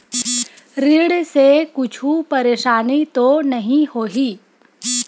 ऋण से कुछु परेशानी तो नहीं होही?